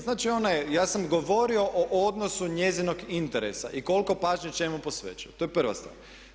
Znači, ona je, ja sam govorio o odnosu njezinog interesa i koliko pažnje čemu posvećuje, to je prva stvar.